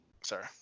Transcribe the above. Sorry